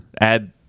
Add